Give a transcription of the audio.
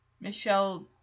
Michelle